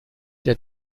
der